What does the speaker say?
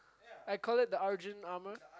I call it the argent armour